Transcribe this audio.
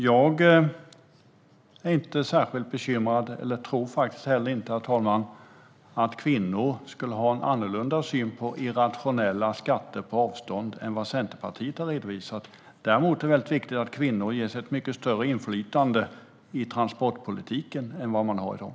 Jag är inte särskilt bekymrad över, och tror heller inte, herr talman, att kvinnor skulle ha en annorlunda syn på irrationella skatter på avstånd än den som Centerpartiet har redovisat. Däremot är det väldigt viktigt att kvinnor ges ett mycket större inflytande i transportpolitiken än vad de har i dag.